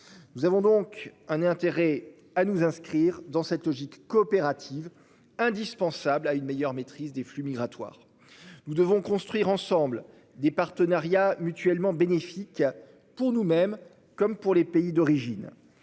Nous avons donc un intérêt à nous inscrire dans cette logique coopérative indispensable à une meilleure maîtrise des flux migratoires. Nous devons construire ensemble des partenariats mutuellement bénéfique. Pour nous même, comme pour les pays d'origine.